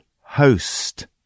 host